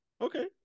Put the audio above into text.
Okay